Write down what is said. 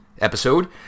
episode